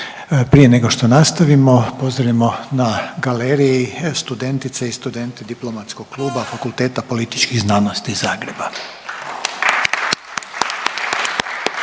Prije nego što nastavimo pozdravimo na galeriji studentice i studente Diplomatskog kluba Fakulteta političkih znanosti iz